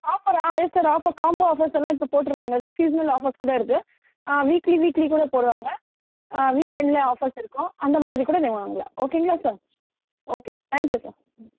ஆஃபரா yes sir offer combo ஆஃபர்ஸெல்லாம் இப்போ போட்டுருக்காங்க சார் சீசனல் ஃஆஃபர்ஸ்கூட இருக்கு ஆ வீக்லி வீக்லி கூட போடுவாங்க ஆ வீக் எண்ட்லையும் ஆஃபர்ஸ் இருக்கும் அந்தமாதிரி கூட நீங்கள் வாங்கலாம் ஓகேங்களா sir okay thank you sir